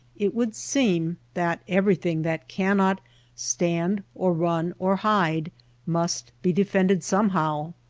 it would seem that every thing that cannot stand or run or hide must be defended somehow.